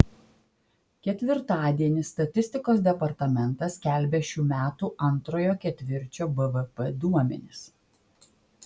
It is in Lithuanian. ketvirtadienį statistikos departamentas skelbia šių metų antrojo ketvirčio bvp duomenis